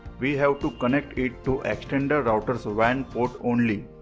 we have to connect it to extender router's wan port only.